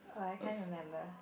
oh I can't remember